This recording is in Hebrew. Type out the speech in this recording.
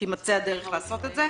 שתימצא הדרך לעשות את זה.